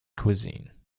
cuisine